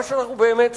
מה שאנחנו באמת צריכים,